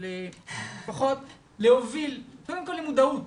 אבל לפחות להוביל קודם כל למודעות